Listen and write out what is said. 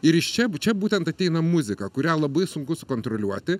ir iš čia čia būtent ateina muzika kurią labai sunku sukontroliuoti